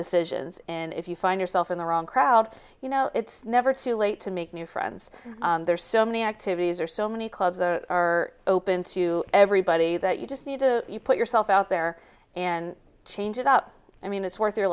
decisions and if you find yourself in the wrong crowd you know it's never too late to make new friends there are so many activities or so many clubs are open to everybody that you just need to put yourself out there and change it up i mean it's worth